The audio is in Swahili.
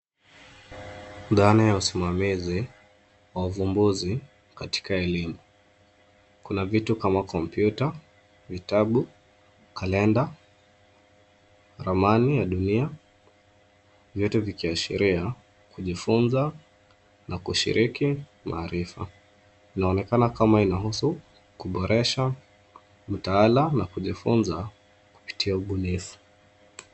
Dhana ya usimamizi wa uvumbuzi katika elimu. Kuna vitu kama kompyuta, vitabu, kalenda, ramani ya dunia vyote vikiashiria kujifunza na kushiriki maarifa. Inaonekana kama inahusu kuboresha mtaala na kujifunza kupitia ubunifu.